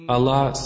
Allah